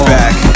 back